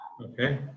Okay